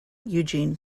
eugene